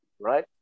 right